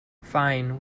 fine